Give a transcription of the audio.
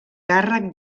càrrec